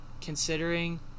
considering